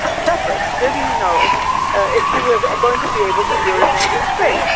ah shepard didn't know if he was going to be able to urinate in space.